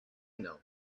know